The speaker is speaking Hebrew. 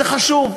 זה חשוב,